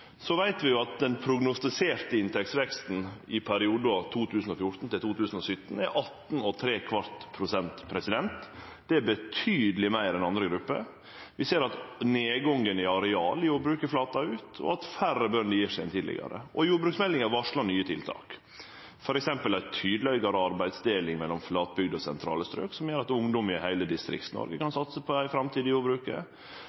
er 18 ¾ pst. Det er betydeleg meir enn for andre grupper. Vi ser at nedgangen i areal i jordbruket flatar ut, og at færre bønder gjev seg enn tidlegare. Jordbruksmeldinga varslar nye tiltak, f. eks. ei tydelegare arbeidsdeling mellom flatbygder og sentrale strøk, som gjer at ungdom i heile Distrikts-Noreg kan